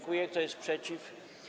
Kto jest przeciw?